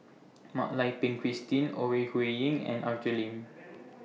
Mak Lai Peng Christine Ore Huiying and Arthur Lim